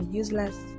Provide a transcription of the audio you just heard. useless